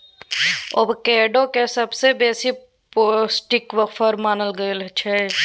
avocado केँ सबसँ बेसी पौष्टिक फर मानल गेल छै